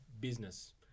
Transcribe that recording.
business